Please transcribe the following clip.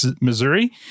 Missouri